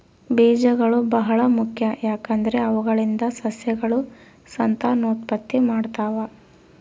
ಬೀಜಗಳು ಬಹಳ ಮುಖ್ಯ, ಯಾಕಂದ್ರೆ ಅವುಗಳಿಂದ ಸಸ್ಯಗಳು ಸಂತಾನೋತ್ಪತ್ತಿ ಮಾಡ್ತಾವ